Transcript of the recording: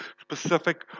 specific